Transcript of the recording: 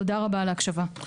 תודה רבה על ההקשבה.